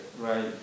right